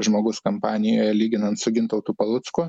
žmogus kampanijoje lyginant su gintautu palucku